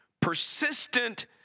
persistent